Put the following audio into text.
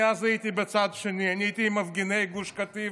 אז אני הייתי בצד השני, הייתי עם מפגיני גוש קטיף.